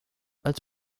als